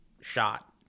shot